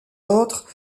autres